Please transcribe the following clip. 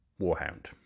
warhound